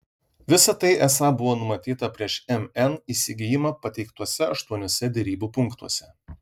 visa tai esą buvo numatyta prieš mn įsigijimą pateiktuose aštuoniuose derybų punktuose